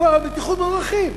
מדובר על בטיחות בדרכים,